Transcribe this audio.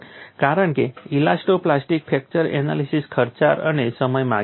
કારણ કે elasto plastic fracture analysis ખર્ચાળ અને સમય માંગી લે છે